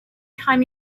time